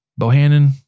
Bohannon